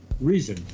reason